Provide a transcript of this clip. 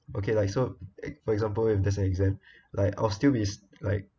okay like so e~ for example if there's an exam like I'll still be like